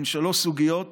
הן שלוש סוגיות